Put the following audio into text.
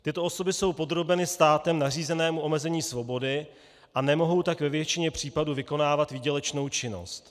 Tyto osoby jsou podrobeny státem nařízenému omezení svobody, a nemohou tak ve většině případů vykonávat výdělečnou činnost.